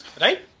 right